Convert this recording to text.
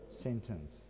sentence